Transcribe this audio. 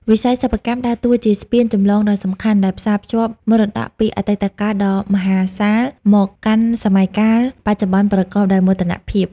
វិស័យសិប្បកម្មដើរតួជាស្ពានចម្លងដ៏សំខាន់ ដែលផ្សារភ្ជាប់មរតកពីអតីតកាលដ៏មហស្ចារ្យ មកកាន់សម័យកាលបច្ចុប្បន្នប្រកបដោយមោទនភាព។